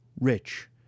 rich